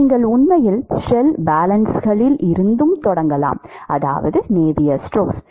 நீங்கள் உண்மையில் ஷெல் பேலன்ஸ்களில் இருந்து தொடங்கலாம் அதாவது நேவியர் ஸ்டோக்ஸ்